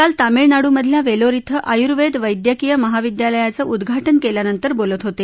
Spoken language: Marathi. ते काल तामिळनाडूमधल्या वेलोर इथं आयुवेंद वद्धकीय महाविद्यालयाचं उद्घाटन केल्यानंतर बोलत होते